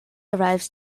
arrives